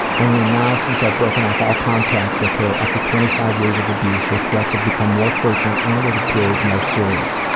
only now since i've broken off all contact with her after twenty five years of abuse her threats have become more frequent and, it appears, more serious.